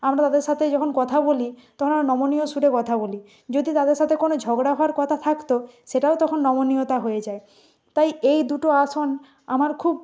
আমরা তাদের সাথে যখন কথা বলি তখন আমরা নমনীয় সুরে কথা বলি যদি তাদের সাথে কোন ঝগড়া হওয়ার কথা থাকত সেটাও তখন নমনীয়তা হয়ে যায় তাই এই দুটো আসন আমার খুব